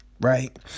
Right